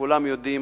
כולם יודעים,